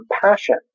compassion